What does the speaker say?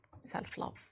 self-love